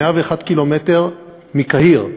101 ק"מ מקהיר,